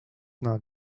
not